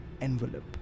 envelope